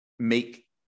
make